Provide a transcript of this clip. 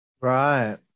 Right